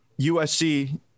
USC